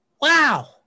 wow